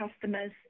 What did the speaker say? customers